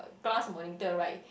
class monitor right